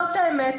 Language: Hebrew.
זאת האמת.